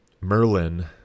Merlin